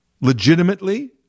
legitimately